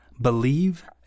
Believe